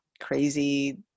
crazy